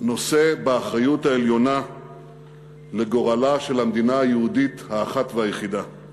נושא באחריות העליונה לגורלה של המדינה היהודית האחת והיחידה.